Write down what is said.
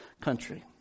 country